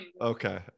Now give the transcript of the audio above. Okay